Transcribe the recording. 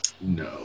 No